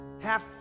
Half